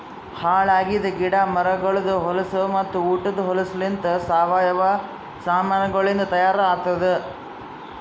ಹಾಳ್ ಆಗಿದ್ ಗಿಡ ಮರಗೊಳ್ದು ಹೊಲಸು ಮತ್ತ ಉಟದ್ ಹೊಲಸುಲಿಂತ್ ಸಾವಯವ ಸಾಮಾನಗೊಳಿಂದ್ ತೈಯಾರ್ ಆತ್ತುದ್